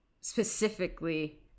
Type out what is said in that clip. specifically